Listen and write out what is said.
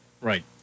Right